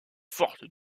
forte